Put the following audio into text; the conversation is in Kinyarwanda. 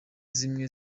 zimwe